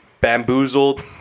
bamboozled